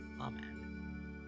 Amen